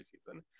season